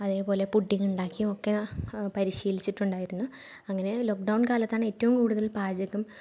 അതേപോലെ പുഡ്ഡിങ്ങൊക്കെ ഉണ്ടാക്കി ഒക്കെ പരിശീലിച്ചിട്ടുണ്ടായിരുന്നു അങ്ങനെ ലോക്ക്ഡൗൺ കാലത്താണ് ഏറ്റവും കൂടുതൽ പാചകം